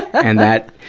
and that,